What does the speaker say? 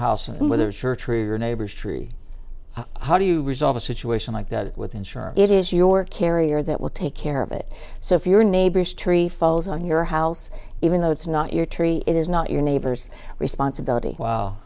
house and whether a church or your neighbor's tree how do you resolve a situation like that with ensure it is your carrier that will take care of it so if your neighbor's tree falls on your house even though it's not your tree it is not your neighbor's responsibility